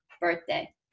birthday